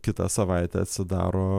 kitą savaitę atsidaro